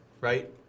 right